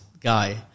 guy